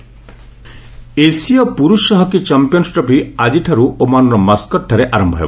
hockey ଏସୀୟ ପୁରୁଷ hockey champions trophy ଆଜିଠାରୁ ଓମାନ୍ର ମାସ୍କାଟ୍ଠାରେ ଆରମ୍ଭ ହେବ